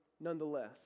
nonetheless